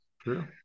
True